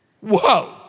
Whoa